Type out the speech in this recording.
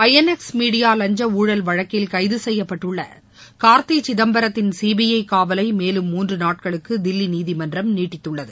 INX media லஞ்ச ஊழல் வழக்கில் கைது செய்யப்பட்டுள்ள கார்த்தி சிதுப்பரத்தின் சிபிஐ காவலை மேலும் மூன்று நாட்களுக்கு தில்லி நீதிமன்றம் நீட்டித்துள்ளது